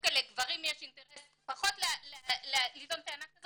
דווקא לגברים יש אינטרס פחות ליזום טענה כזאת